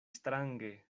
strange